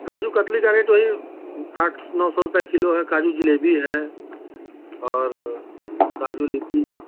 काजू कतली का रेट वही आठ नौ सौ रुपये किलो है काजू जलेबी है और काजू लीची